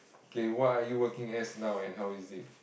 okay what are you working as now and how is it